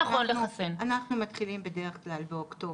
אנחנו מתחילים בדרך כלל באוקטובר,